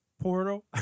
Portal